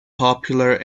popular